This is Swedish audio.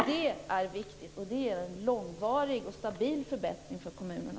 Det är viktigt, och det är en långvarig och stabil förbättring för kommunerna.